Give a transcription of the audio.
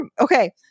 Okay